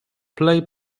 plej